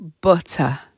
butter